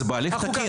זה בהליך תקין.